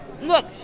Look